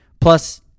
Plus